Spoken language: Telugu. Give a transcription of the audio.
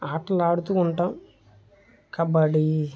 ఆటలు ఆడుతు ఉంటాం కబడ్డీ